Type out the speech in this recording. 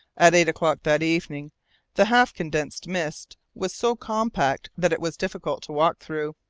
at eight o'clock that evening the half-condensed mist was so compact that it was difficult to walk through